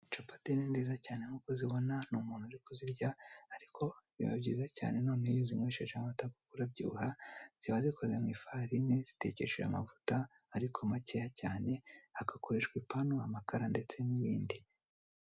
Capati ni nziza cyane nk'uko uzibona, ni umuntu uri kuzirya. Ariko, biba byiza cyane noneho iyo uzinywesheje amata, kuko urabyubaha . Ziba zikozwe mu ifarini, zitekeshejwe amavuta ariko macyeya cyane, hakoreshwa ipanu, amakara ndetse n'ibindi.